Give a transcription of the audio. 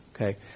okay